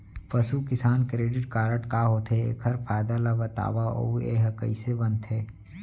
पसु किसान credit card का होथे, एखर फायदा ला बतावव अऊ एहा कइसे बनथे?